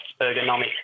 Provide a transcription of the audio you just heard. ergonomic